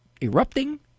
erupting